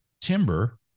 timber